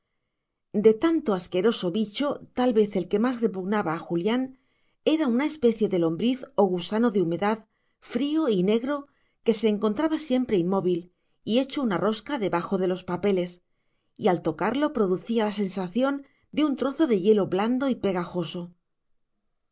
de tanto asqueroso bicho tal vez el que más repugnaba a julián era una especie de lombriz o gusano de humedad frío y negro que se encontraba siempre inmóvil y hecho una rosca debajo de los papeles y al tocarlo producía la sensación de un trozo de hielo blando y pegajoso